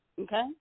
okay